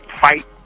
fight